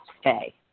stay